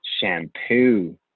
shampoo